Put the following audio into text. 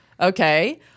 Okay